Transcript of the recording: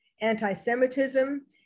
anti-Semitism